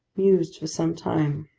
mused for some time.